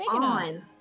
on